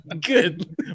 Good